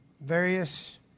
various